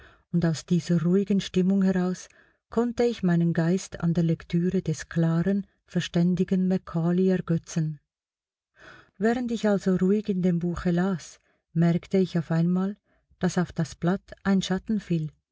und aus dieser ruhigen stimmung heraus konnte ich meinen geist an der lektüre des klaren verständigen macaulay ergötzen während ich also ruhig in dem buche las merkte ich auf einmal daß auf das blatt ein schatten fiel